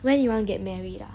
when you want to get married ah